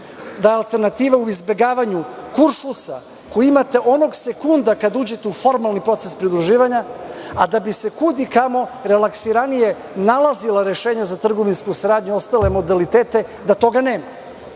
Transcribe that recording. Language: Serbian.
da alternativa u izbegavanju kuršlusa koji imate onog sekunda kada uđete u formalni proces pridruživanja, a da bi se kud i kamo relaksiranije nalazila rešenja za trgovinsku saradnju i ostale modelitete, da toga nema.